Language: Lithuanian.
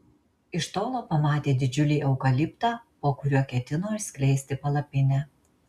iš tolo pamatė didžiulį eukaliptą po kuriuo ketino išskleisti palapinę